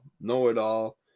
Know-It-All